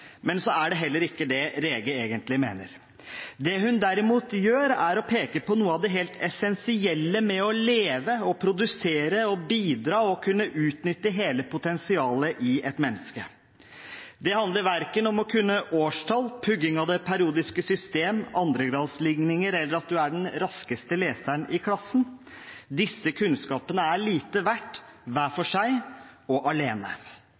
Men så er det heller ikke det Rege egentlig mener. Det hun derimot gjør, er å peke på noe av det helt essensielle med å leve, produsere, bidra og kunne utnytte hele potensialet i et menneske. Det handler verken om å kunne årstall, pugging av det periodiske system, andregradsligninger eller at en er den raskeste leseren i klassen. Disse kunnskapene er lite verd hver for seg og alene.